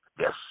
Yes